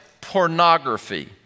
pornography